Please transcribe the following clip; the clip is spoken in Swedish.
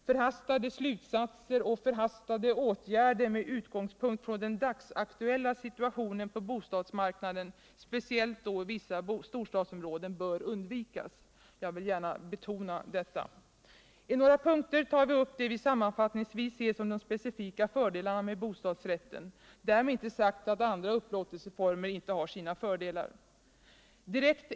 Förhastade slutsatser och förhastade åtgärder med utgångspunkt från den dagsaktuella situationen på bostadsmarknaden, speciellt då i vissa storstadsområden, bör undvikas. Jag vill gärna betona detta. I följande punkter tar vi upp det vi sammanfattningsvis ser som de specifika fördelarna med bostadsrätten. Därmed inte sagt att andra upplåtelsecformer inte har sina fördelar.